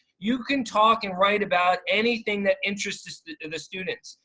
you can talk and write about anything that interests the students.